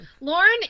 Lauren